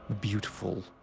beautiful